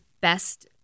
best